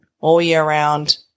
all-year-round